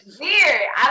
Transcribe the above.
weird